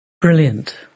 Brilliant